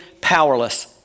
powerless